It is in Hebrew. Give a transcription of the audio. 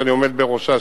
שאני עומד בראשה,